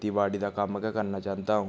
खेतीबाड़ी दा कम्म गै करना चांह्दा अ'ऊं